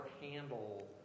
handle